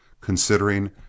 considering